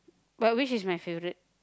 but which is my favourite